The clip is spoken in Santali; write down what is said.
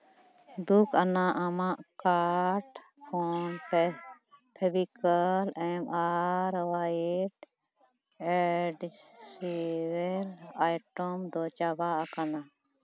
ᱫᱩᱠᱷ ᱟᱱᱟᱜ ᱟᱢᱟᱜ ᱠᱟᱴᱷ ᱠᱷᱚᱱ ᱯᱮ ᱯᱷᱮᱵᱤᱠᱚᱞ ᱮᱢ ᱟᱨ ᱦᱚᱣᱟᱭᱤᱴ ᱮᱰᱤᱥᱮᱵᱷ ᱟᱭᱴᱚᱢ ᱫᱚ ᱪᱟᱵᱟ ᱟᱠᱟᱱᱟ